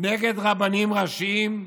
נגד רבנים ראשיים?